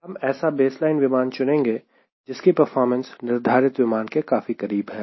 हम ऐसा बेसलाइन विमान चुनेंगे जिसकी परफॉर्मेंस निर्धारित विमान के काफी करीब है